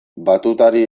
batutari